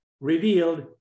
revealed